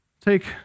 take